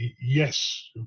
yes